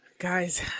Guys